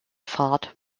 fahrt